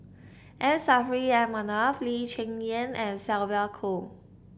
M Saffri A Manaf Lee Cheng Yan and Sylvia Kho